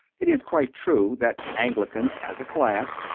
it is quite true that angli cans, as a class,